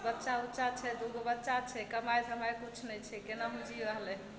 बच्चा उच्चा छै दुगो बच्चा छै कमाइ तमाइ किछु नहि छै केनाहु जी रहलइ हँ